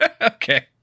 Okay